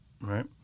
right